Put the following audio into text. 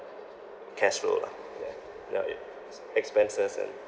cash flow lah yeah well your s~ expenses and